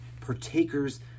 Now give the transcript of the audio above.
partakers